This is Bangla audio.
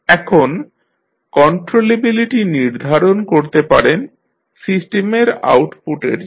এখন কন্ট্রোলেবিলিটি নির্ধারণ করতে পারেন সিস্টেমের আউটপুটের জন্য